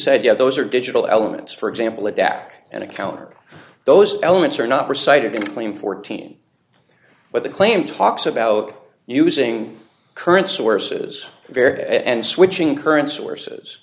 said yeah those are digital elements for example a back and a counter those elements are not reciting the claim fourteen but the claim talks about using current sources varia and switching current sources